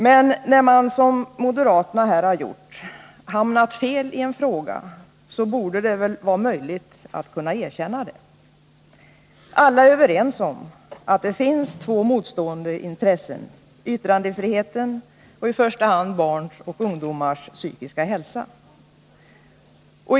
Men när man, som moderaterna, hamnat fel i en fråga borde det väl vara möjligt att erkänna det. Alla är överens om att det finns två motstående intressen, yttrandefriheten och i första hand barns och ungdomars psykiska hälsa.